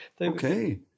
Okay